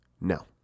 no